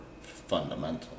fundamental